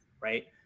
right